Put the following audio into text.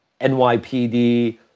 NYPD